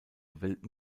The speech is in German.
wilton